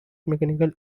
mechanical